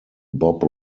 bob